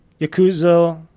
Yakuza